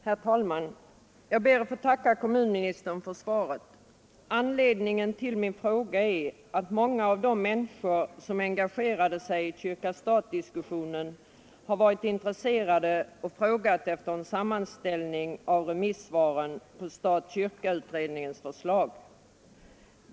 Herr talman! Jag ber att få tacka kommunministern för svaret. Anledningen till min fråga är att många av de människor som engagerade sig i kyrka—stat-diskussionen har varit intresserade och frågat efter en sammanställning av remissvaren på kyrka—stat-beredningens förslag.